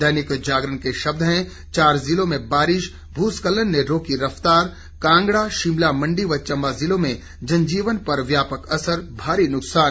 दैनिक जागरण के शब्द हैं चार ज़िलों में बारिश भूस्खलन ने रोकी रफ्तार कांगड़ा शिमला मंडी व चम्बा जिलों में जनजीवन पर व्यापक असर भारी नुकसान